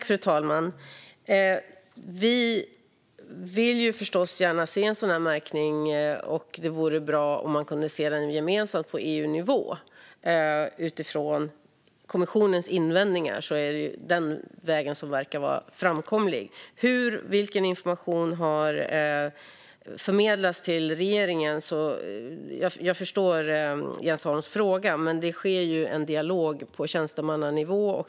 Fru talman! Vi vill förstås gärna se en sådan märkning, och det vore bra om man kunde se den gemensamt på EU-nivå. Utifrån kommissionens invändningar är det den vägen som verkar framkomlig. När det gäller vilken information som har förmedlats till regeringen och hur detta skett förstår jag Jens Holms fråga, men det sker en dialog på tjänstemannanivå.